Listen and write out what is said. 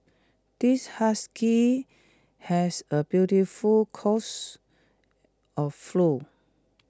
this husky has A beautiful coats of flu